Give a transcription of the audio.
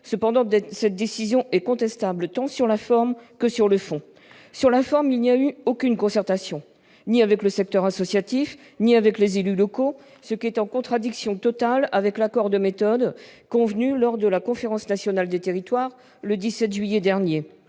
Cependant, cette décision est contestable tant sur la forme que sur le fond. Sur la forme, il n'y a eu aucune concertation, ni avec le secteur associatif ni avec les élus locaux, ce qui est en contradiction totale avec l'accord de méthode convenu lors de la Conférence nationale des territoires, le 17 juillet dernier.